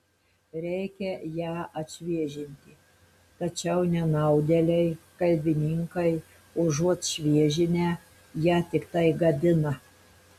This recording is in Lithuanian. reikia ją atšviežinti tačiau nenaudėliai kalbininkai užuot šviežinę ją tiktai gadina